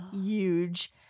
huge